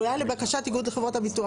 אולי לבקשת איגוד חברות הביטוח?